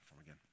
again